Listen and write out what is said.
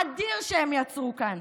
האדיר, שהם יצרו כאן.